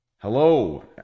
Hello